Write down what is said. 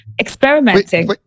experimenting